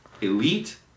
Elite